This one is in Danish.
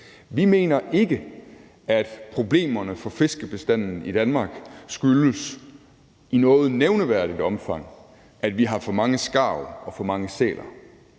Vi mener ikke, at problemerne for fiskebestanden i Danmark i noget nævneværdigt omfang skyldes, at vi har for mange skarver og for mange sæler.